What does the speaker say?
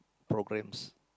programs